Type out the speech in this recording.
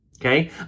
Okay